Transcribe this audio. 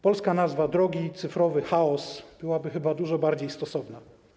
Polska nazwa: Cyfrowy Chaos, byłaby chyba dużo bardziej stosowna.